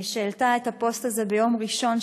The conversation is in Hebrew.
שהעלתה את הפוסט הזה ביום ראשון,